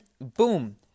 boom